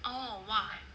oh !wah!